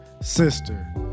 Sister